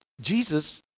Jesus